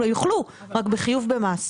הם יוכלו, רק בחיוב במס.